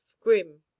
grim